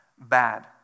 bad